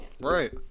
Right